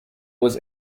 was